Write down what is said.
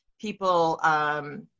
people